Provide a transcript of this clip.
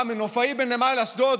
מה, המנופאי בנמל אשדוד